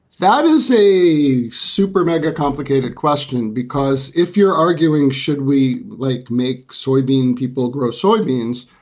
that is a super mega complicated question, because if you're arguing should we like make soybean, people grow soybeans?